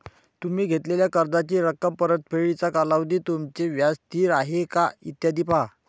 तुम्ही घेतलेल्या कर्जाची रक्कम, परतफेडीचा कालावधी, तुमचे व्याज स्थिर आहे का, इत्यादी पहा